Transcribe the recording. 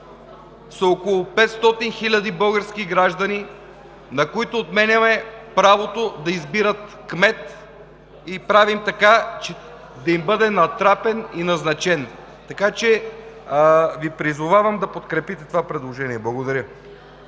с около 500 хиляди български граждани, на които отменяме правото да избират кмет, и правим така, че да им бъде натрапен и назначен. Така че Ви призовавам да подкрепите това предложение. Благодаря.